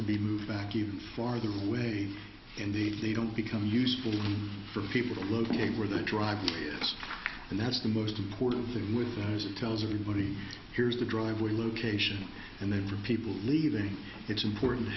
to be moved back even farther away indeed they don't become useful for people to locate where the drive is and that's the most important thing with tells everybody here's the driveway location and then for people leaving it's important to